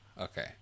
Okay